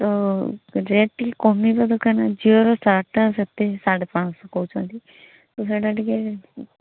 ତ ରେଟ୍ ଟିକିଏ କମେଇବା କଥାନା ଝିଅର ସାର୍ଟଟା ସେତିକି ସାଢ଼େ ପାଞ୍ଚଶହ କହୁଛନ୍ତି ତ ସେଇଟା ଟିକିଏ